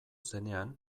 zenean